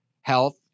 health